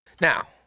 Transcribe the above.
Now